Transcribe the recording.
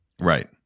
Right